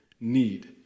need